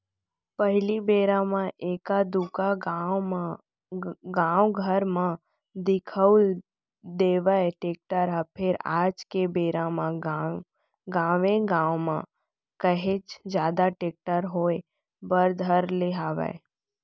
पहिली बेरा म एका दूका गाँव घर म दिखउल देवय टेक्टर ह फेर आज के बेरा म गाँवे गाँव म काहेच जादा टेक्टर होय बर धर ले हवय